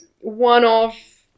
one-off